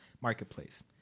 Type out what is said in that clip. marketplace